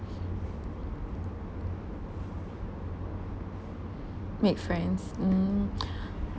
make friends mm